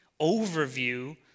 overview